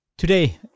Today